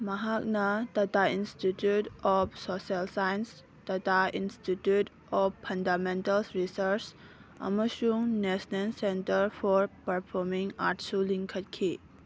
ꯃꯍꯥꯛꯅ Tata institute of social science Tata institute of fundamental research ꯑꯃꯁꯨꯡ national centre for performing ꯑꯥꯔꯠꯁꯨ ꯂꯤꯡꯈꯠꯈꯤ